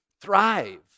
thrive